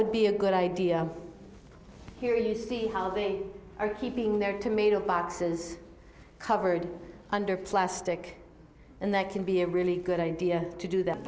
would be a good idea here you see how they are keeping their tomato boxes covered under plastic and that can be a really good idea to do that